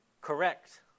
Correct